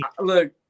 Look